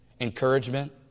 encouragement